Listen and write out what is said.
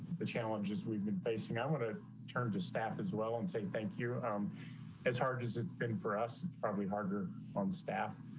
the challenges we've been facing. i'm going to turn to staff as well and take thank you um as hard as it's been for us probably harder on staff.